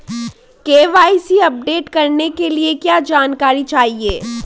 KYC update करने के लिए क्या जानकारी चाहिए?